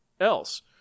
else